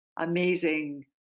amazing